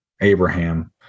abraham